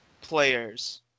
players